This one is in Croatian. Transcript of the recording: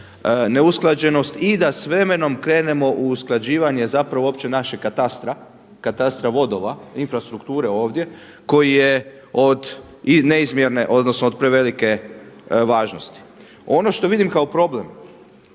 neusklađenost i da s vremenom krenemo u usklađivanje zapravo uopće našeg katastra, katastra vodova, infrastrukture ovdje koji je od neizmjerne, odnosno od prevelike važnosti. Ono što vidim kao problem